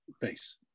base